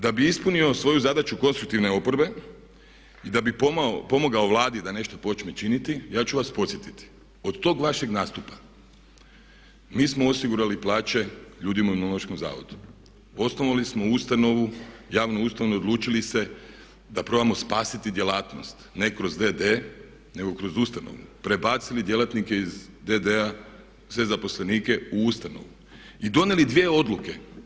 Da bih ispunio svoju zadaću konstruktivne oporbe i da bi pomogao Vladi da nešto počne činiti ja ću vas podsjetiti od tog vašeg nastupa mi smo osigurali plaće ljudima u Imunološkom zavodu, osnovali smo ustanovu, javnu ustanovu, odlučili se da probamo spasiti djelatnost ne kroz d.d. nego kroz ustanovu, prebacili djelatnike iz d.d.-a, sve zaposlenike u ustanovu i donijeli dvije odluke.